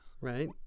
Right